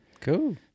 cool